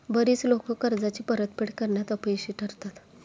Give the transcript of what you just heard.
बरीच लोकं कर्जाची परतफेड करण्यात अपयशी ठरतात